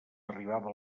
arribava